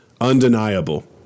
Undeniable